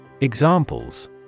Examples